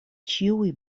ĉiuj